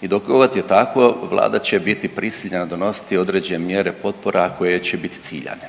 I dokgod je tako Vlada će biti prisiljena donositi određene mjere potpora koje će biti ciljane.